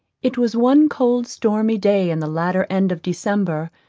it was one cold stormy day in the latter end of december,